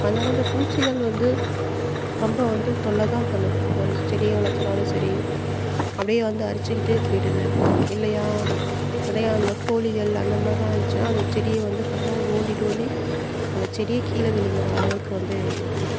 அதனால் இந்த பூச்சிகள் வந்து ரொம்ப வந்து தொல்லை தான் பண்ணுது ஒரு செடி வளர்த்துனாலும் சரி அப்படியே வந்து அரிச்சிக்கிட்டே போய்டுது இல்லையா நிறையா அந்த கோழிகள் அந்த மாதிரிலாம் இருந்துச்சுனா அது செடியை வந்து ஃபுல்லாக நோண்டி நோண்டி அந்த செடியே கீழ விழுங்குற அளவுக்கு வந்து இருக்கு